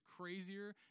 crazier